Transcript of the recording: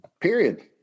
Period